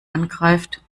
angreift